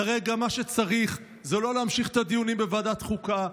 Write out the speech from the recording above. כרגע מה שצריך זה לא להמשיך את הדיונים בוועדת חוקה,